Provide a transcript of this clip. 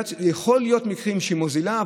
יכולים להיות מקרים שהיא מוזילה,